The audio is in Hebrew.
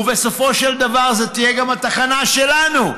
ובסופו של דבר זו תהיה גם התחנה שלנו,